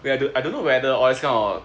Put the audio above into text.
wait I I don't know whether all this kind of